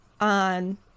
on